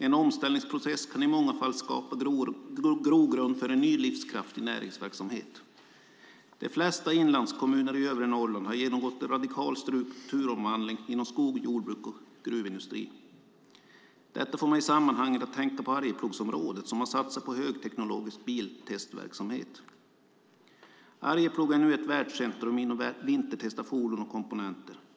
En omställningsprocess kan i många fall skapa grogrund för en ny livskraftig näringsverksamhet. De flesta inlandskommuner i övre Norrland har genomgått en radikal strukturomvandling inom skog, jordbruk och gruvindustri. Detta får mig i sammanhanget att tänka på Arjeplogsområdet som har satsat på högteknologisk biltestverksamhet. Arjeplog är nu ett världscentrum inom vintertest av fordon och komponenter.